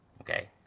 okay